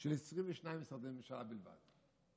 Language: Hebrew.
של 22 משרדי ממשלה בלבד.